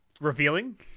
Revealing